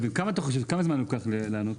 כמה זמן לוקח לענות?